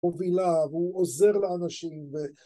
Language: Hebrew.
הוא בילה והוא עוזר לאנשים